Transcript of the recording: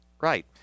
Right